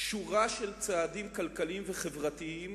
יש שורה של צעדים כלכליים וחברתיים